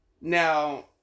Now